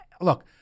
look